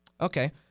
Okay